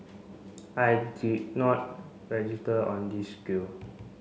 I did not register on this skill